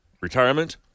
retirement